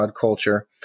culture